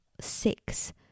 six